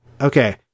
okay